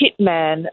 hitman